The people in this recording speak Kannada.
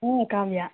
ಹ್ಞೂ ಕಾವ್ಯ